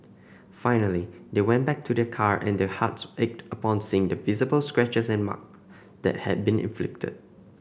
finally they went back to their car and their hearts ached upon seeing the visible scratches and mark that had been inflicted